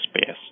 space